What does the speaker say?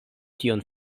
tion